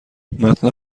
متن